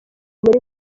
muri